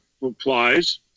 replies